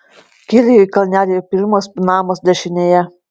kyli į kalnelį ir pirmas namas dešinėje